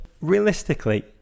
Realistically